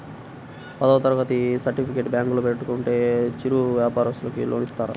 పదవ తరగతి సర్టిఫికేట్ బ్యాంకులో పెట్టుకుంటే చిరు వ్యాపారంకి లోన్ ఇస్తారా?